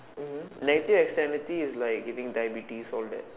mmhmm negative externality is like getting diabetes all that